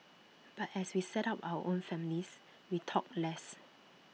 but as we set up our own families we talked less